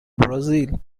brazil